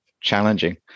challenging